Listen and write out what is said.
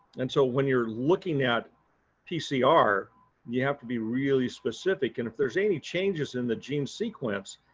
and so when you're looking at pcr you have to be really specific and if there's any changes in the gene sequence,